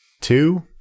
two